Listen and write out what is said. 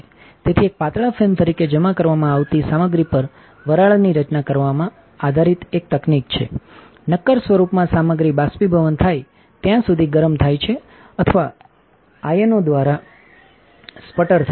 તેથી એક પાતળા ફિલ્મ તરીકે જમા કરવામાં આવતી સામગ્રી પર વરાળની રચના પર આધારિત એક તકનીક છે નક્કર સ્વરૂપમાં સામગ્રીબાષ્પીભવન થાય ત્યાં સુધી ગરમ થાય છે અથવા આયનો દ્વારા સ્પટર થાય છે